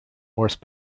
horse